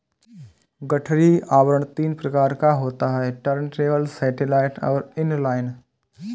गठरी आवरण तीन प्रकार का होता है टुर्नटेबल, सैटेलाइट और इन लाइन